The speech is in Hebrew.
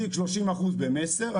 מחזיק 30 אחוזים במסר.